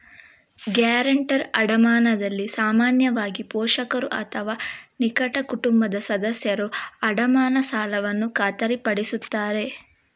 guarantor ಅಡಮಾನದಲ್ಲಿ ಸಾಮಾನ್ಯವಾಗಿ, ಪೋಷಕರು ಅಥವಾ ನಿಕಟ ಕುಟುಂಬದ ಸದಸ್ಯರು ಅಡಮಾನ ಸಾಲವನ್ನು ಖಾತರಿಪಡಿಸುತ್ತಾರೆ